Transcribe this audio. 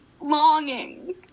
longing